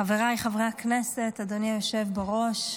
חבריי חברי הכנסת, אדוני היושב בראש,